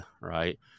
right